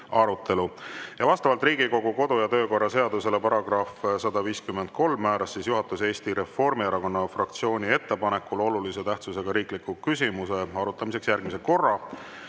Vastavalt Riigikogu kodu- ja töökorra seaduse §‑le153 määras juhatus Eesti Reformierakonna fraktsiooni ettepanekul olulise tähtsusega riikliku küsimuse arutamiseks järgmise korra.